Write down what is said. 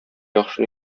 яхшы